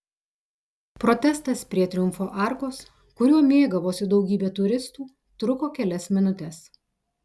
protestas prie triumfo arkos kuriuo mėgavosi daugybė turistų truko kelias minutes